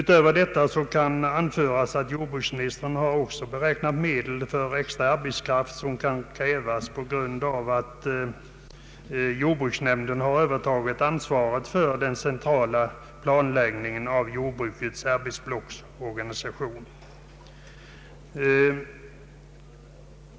Utöver detta kan anföras att jordbruksministern också har beräknat medel för extra arbetskraft som kan erfordras på grund av att jordbruksnämnden övertagit ansvaret för den centrala planläggningen av jordbrukets arbetsblocksorganisation.